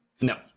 No